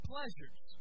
Pleasures